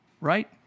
right